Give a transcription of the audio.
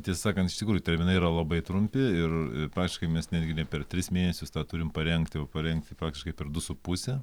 tiesa sakant iš tikrųjų terminai yra labai trumpi ir praktiškai mes netgi ne per tris mėnesius tą turim parengti o parengti praktiškai per du su puse